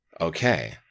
Okay